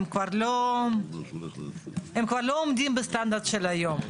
הם כבר לא עומדים בסטנדרט של היום.